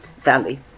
Valley